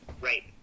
Right